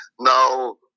Now